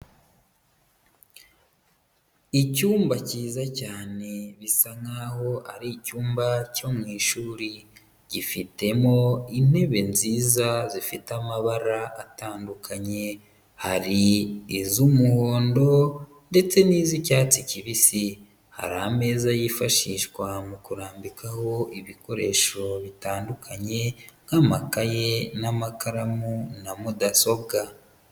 Icyumba kiza cyane bisa nkaho ari icyumba cyo mu ishuri, gifitemo intebe nziza zifite amabara atandukanye hari iz'umuhondo ndetse n'iz'icyatsi kibisi, hari ameza yifashishwa mu kurambikaho ibikoresho bitandukanye nk'amakaye n'amakaramu na mudasobwa.